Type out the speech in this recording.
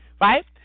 right